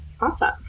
Awesome